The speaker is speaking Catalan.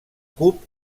cub